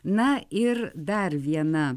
na ir dar viena